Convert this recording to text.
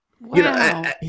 Wow